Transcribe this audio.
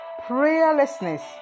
prayerlessness